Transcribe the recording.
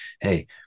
hey